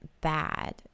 bad